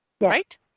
right